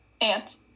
Aunt